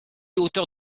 auteur